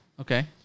Okay